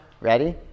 Ready